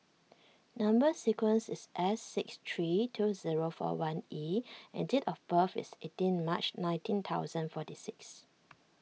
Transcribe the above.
Number Sequence is S six three two zero four one E and date of birth is eighteen March nineteen thousand forty six